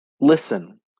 Listen